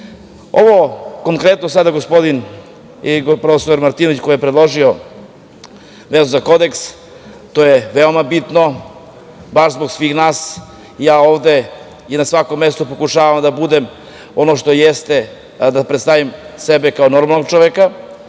konkretno što je prof. Martinović predložio, vezano za kodeks, to je veoma bitno, baš zbog svih nas i ja ovde i na svakom mestu pokušavam da budem ono što jeste, a da predstavim sebe kao normalnog čoveka,